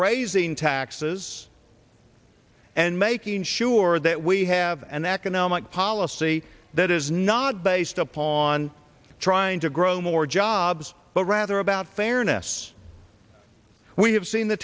raising taxes and making sure that we have an economic policy that is not based upon trying to grow more jobs but rather about fairness we have seen the